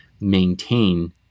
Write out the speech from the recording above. maintain